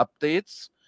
updates